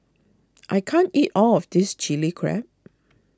I can't eat all of this Chilli Crab